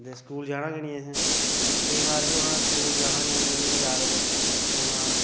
ते स्कूल जाना गै नेईं असें केईं बार केह् होना स्कूल जाना गै नेईं इ'यां गै यारें दोस्तें कन्नै निकलना